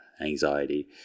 anxiety